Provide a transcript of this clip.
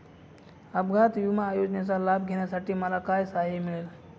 अपघात विमा योजनेचा लाभ घेण्यासाठी मला काय सहाय्य मिळेल?